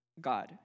God